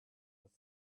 with